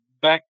back